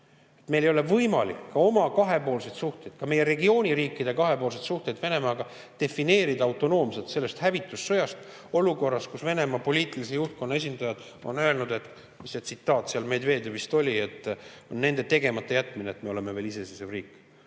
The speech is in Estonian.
Meil ei ole võimalik oma kahepoolseid suhteid, meie regiooni riikide kahepoolseid suhteid Venemaaga defineerida autonoomselt sellest hävitussõjast olukorras, kus Venemaa poliitilise juhtkonna esindajad on öelnud – mis see tsitaat seal Medvedevilt oli? –, et on nende tegematajätmine, et me oleme veel iseseisev riik.